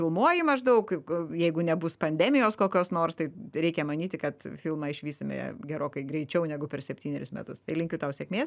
filmuoji maždaug jeigu nebus pandemijos kokios nors tai reikia manyti kad filmą išvysime gerokai greičiau negu per septynerius metus tai linkiu tau sėkmės